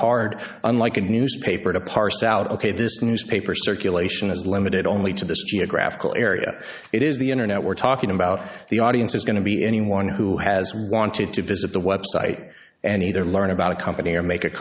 hard unlike a newspaper to parse out ok this newspaper circulation is limited only to this geographical area it is the internet we're talking about the audience is going to be anyone who has wanted to visit the website and either learn about a company or make a